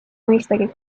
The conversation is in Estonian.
mõistagi